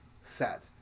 set